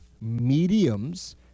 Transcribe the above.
mediums